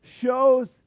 shows